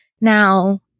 Now